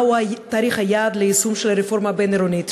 מהו תאריך היעד ליישום הרפורמה הבין-עירונית,